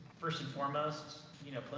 first and foremost, you know,